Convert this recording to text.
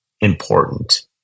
important